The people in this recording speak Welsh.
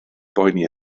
boeni